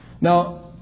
now